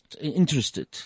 interested